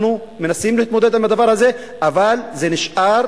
אנחנו מנסים להתמודד עם הדבר הזה, אבל זה נשאר